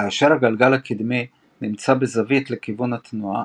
כאשר הגלגל הקדמי נמצא בזווית לכיוון התנועה,